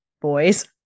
boys